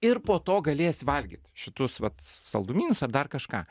ir po to galėsi valgyt šitus vat saldumynus ar dar kažką